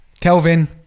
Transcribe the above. Kelvin